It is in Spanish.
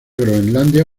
groenlandia